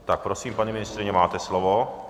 Tak prosím, paní ministryně, máte slovo.